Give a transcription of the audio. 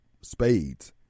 spades